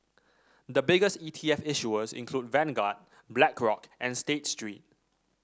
the biggest E T F issuers include Vanguard Black Rock and State Street